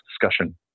discussion